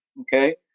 okay